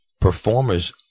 performers